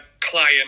client